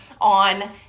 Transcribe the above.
on